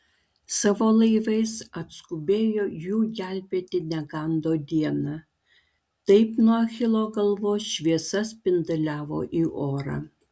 savo laivais atskubės jų gelbėti negando dieną taip nuo achilo galvos šviesa spinduliavo į orą